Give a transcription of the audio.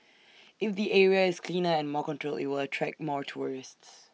if the area is cleaner and more controlled IT will attract more tourists